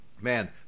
Man